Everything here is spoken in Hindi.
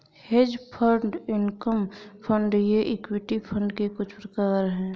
हेज फण्ड इनकम फण्ड ये इक्विटी फंड के कुछ प्रकार हैं